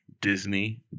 Disney